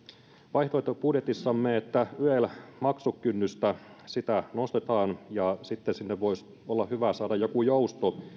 vaihtoehtobudjetissamme että yel maksukynnystä nostetaan ja sitten sinne voisi olla hyvä saada joku jousto